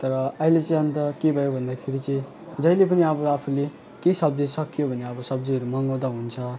तर आहिले चाहिँ अन्त के भयो भन्दाखेरि चाहिँ जहिले पनि अब आफूले केही सब्जी सकियो भने अब सब्जीहरू मगाउँदा हुन्छ